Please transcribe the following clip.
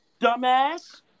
Dumbass